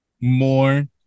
more